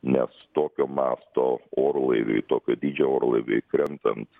nes tokio masto orlaiviui tokio dydžio orlaiviui krentant